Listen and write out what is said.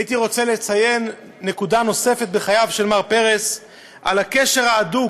הייתי רוצה לציין נקודה נוספת בחייו של מר פרס: הקשר ההדוק,